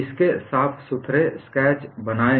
इसके साफ सुथरे स्केच बनाएं